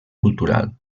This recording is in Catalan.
cultural